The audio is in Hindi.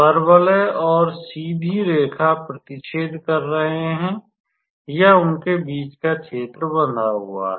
परवलय और सीधी रेखा प्रतिच्छेद कर रहे हैं या उनके बीच का क्षेत्र बंधा हुआ है